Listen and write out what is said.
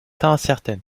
incertaine